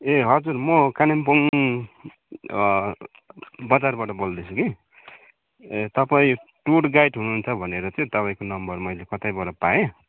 ए हजुर म कालिम्पोङ बजारबाट बोल्दैछु कि ए तपाईँ टुर गाइड हुनुहुन्छ भनेर चाहिँ तपाईँको नम्बर मैले कतैबाट पाएँ